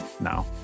No